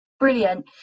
Brilliant